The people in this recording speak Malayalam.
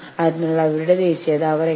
ആ സമയത്ത് അത് നിങ്ങൾക്ക് ആവശ്യമാണ്